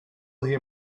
hier